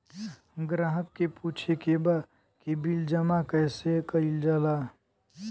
ग्राहक के पूछे के बा की बिल जमा कैसे कईल जाला?